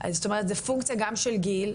אז זאת אומרת זה פונקציה גם של גיל,